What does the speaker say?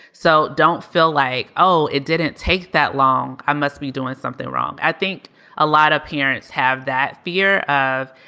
so don't feel like, oh, it didn't take that long. i must be doing something wrong. i think a lot of parents have that fear of,